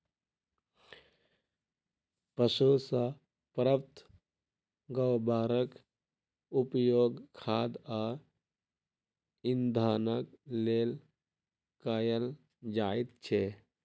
पशु सॅ प्राप्त गोबरक उपयोग खाद आ इंधनक लेल कयल जाइत छै